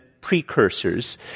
precursors